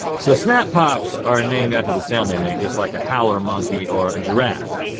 so snap pops are named after the sound they make just like a howler monkey or a giraffe.